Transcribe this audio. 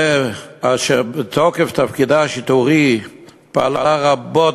אשר בתוקף תפקידה השיטורי פעלה רבות